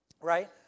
Right